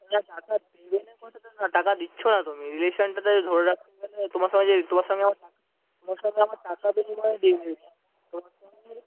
তোমরা টাকা দেবে না কথাটা না টাকা দিচ্ছো না তুমি রিলেশানটাতে ধরে রাখতে গেলে তোমার সঙ্গে যে তোমার সঙ্গে আমার টাকা তোমার সঙ্গে আমার টাকার বিনিময়ে ডিল হয়েছে তোমার সঙ্গে